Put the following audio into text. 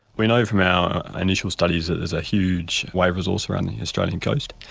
we know from our initial studies that there's a huge wave resource around the australian coast.